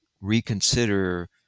reconsider